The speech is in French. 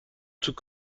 tous